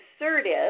assertive